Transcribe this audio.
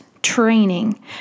training